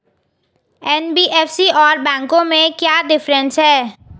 NBFC और बैंकों में क्या डिफरेंस है?